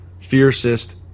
fiercest